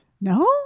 No